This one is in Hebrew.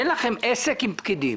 אין לכם עסק עם פקידים.